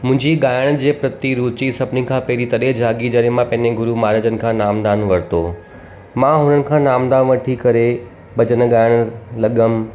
मुंहिंजी गाइण जे प्रति रूची सभिनी खां पहिरीं तॾहिं जागी तॾहिं मां पंहिंजे गुरु महाराजनि खां नाम दानु वरितो मां हुननि खां नाम दानु वठी करे भॼनु गाइणु लॻयमि